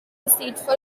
deceitful